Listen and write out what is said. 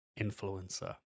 influencer